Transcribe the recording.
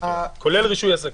כולל רישוי עסקים.